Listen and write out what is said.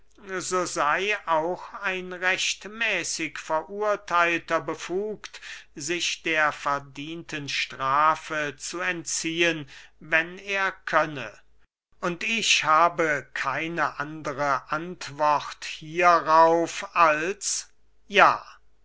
sey auch ein rechtmäßig verurtheilter befugt sich der verdienten strafe zu entziehen wenn er könne und ich habe keine andere antwort hierauf als ja